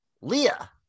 Leah